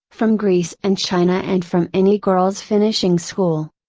from greece and china and from any girl's finishing school!